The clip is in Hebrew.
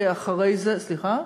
ורק אחרי זה, סליחה?